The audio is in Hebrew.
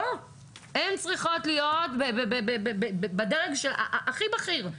הן צריכות בדרג הכי בכיר.